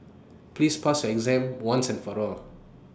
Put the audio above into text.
please pass your exam once and for all